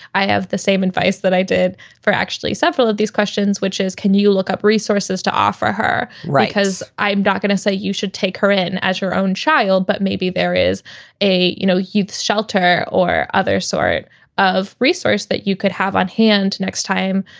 i have the same advice that i did for actually several of these questions, which is can you look up resources to offer her? right. has i'm not going to say you should take her in as your own child, but maybe there is a, you know, youth shelter or other sort of resource that you could have on hand next time.